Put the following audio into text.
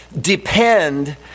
depend